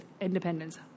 independence